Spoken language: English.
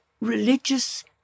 religious